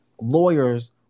lawyers